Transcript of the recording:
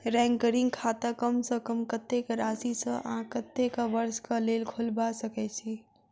recurring खाता कम सँ कम कत्तेक राशि सऽ आ कत्तेक वर्ष कऽ लेल खोलबा सकय छी